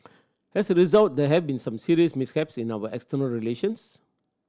as a result there have been some serious mishaps in our external relations